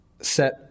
set